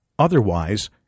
Otherwise